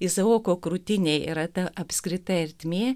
izaoko krūtinėj yra ta apskrita ertmė